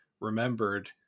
remembered